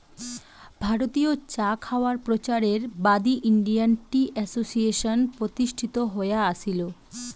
ভারতীয় চা খাওয়ায় প্রচারের বাদী ইন্ডিয়ান টি অ্যাসোসিয়েশন প্রতিষ্ঠিত হয়া আছিল